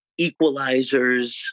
equalizers